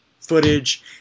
footage